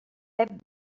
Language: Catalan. pep